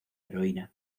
heroína